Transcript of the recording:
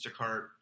Instacart –